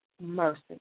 mercy